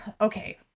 okay